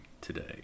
today